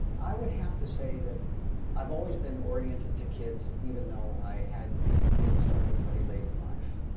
i would have to say that i've always been oriented to kids, even though i had kids starting pretty late in life.